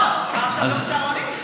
לא, צהרונים.